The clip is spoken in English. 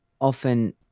often